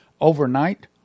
overnight